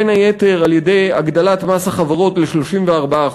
בין היתר על-ידי הגדלת מס החברות ל-34%.